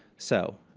so